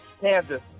Kansas